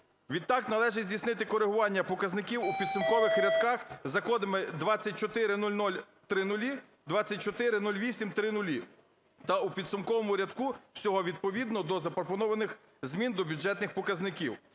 Відтак належить здійснити корегування показників у підсумкових рядках за кодами: 2400000, 2408000 та у підсумковому рядку всього відповідно до запропонованих змін до бюджетних показників.